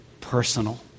personal